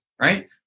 right